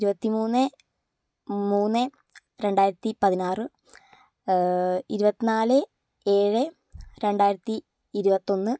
ഇരുപത്തി മൂന്ന് മൂന്ന് രണ്ടായിരത്തി പതിനാറ് ഇരുപത്തിനാലയു ഏഴ് രണ്ടായിരത്തി ഇരുപത്തൊന്ന്